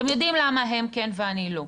אתם יודעים למה הם כן ואני לא,